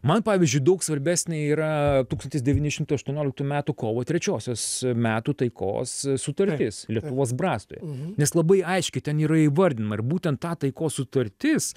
man pavyzdžiui daug svarbesnė yra tūkstantis devyni šimtai aštuonioliktų metų kovo trečiosios metų taikos sutartis lietuvos brastoj nes labai aiškiai ten yra įvardinama ir būtent tą taikos sutartis